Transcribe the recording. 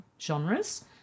genres